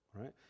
right